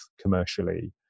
commercially